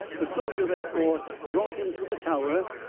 the soldier therefore brought him to the tower,